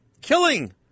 Killing